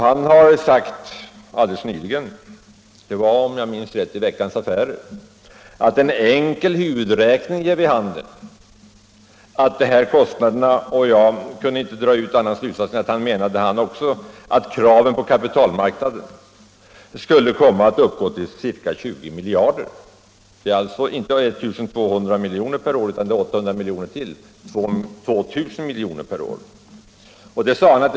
Han har sagt alldeles nyligen i, om jag minns rätt, Veckans Affärer, att en enkel huvudräkning ger vid handen att de här kostnaderna — jag kunde inte dra någon annan slutsats än att också han menade kraven på kapitalmarknaden — skulle komma att uppgå till ca 20 miljarder totalt. Det är alltså inte 1 200 milj.kr. per år utan det är 800 miljoner till, dvs. 2 000 miljoner per år det är fråga om.